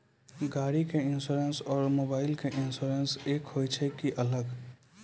गाड़ी के इंश्योरेंस और मोबाइल के इंश्योरेंस एक होय छै कि अलग?